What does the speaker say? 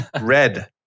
red